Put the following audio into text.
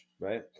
right